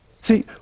See